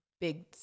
big